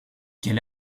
quel